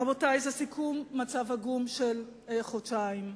רבותי, זה סיכום מצב עגום של חודשיים בלבד.